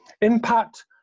impact